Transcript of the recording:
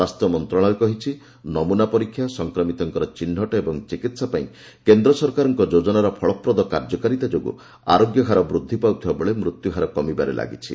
ସ୍ୱାସ୍ଥ୍ୟ ମନ୍ତ୍ରଣାଳୟ କହିଛି ନମୂନା ପରୀକ୍ଷା ସଂକ୍ରମିତମାନଙ୍କର ଚିହ୍ନଟ ଓ ଚିକିହା ପାଇଁ କେନ୍ଦ୍ର ସରକାରଙ୍କ ଯୋଜନାର ଫଳପ୍ରଦ କାର୍ଯ୍ୟକାରୀତା ଯୋଗୁଁ ଆରୋଗ୍ୟହାର ବୃଦ୍ଧି ପାଉଥିବାବେଳେ ମୃତ୍ୟୁହାର କମିବାରେ ଲାଗିଛି